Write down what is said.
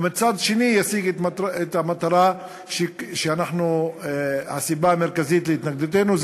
ומצד שני ישיג את המטרה שהיא הסיבה המרכזית להתנגדותנו,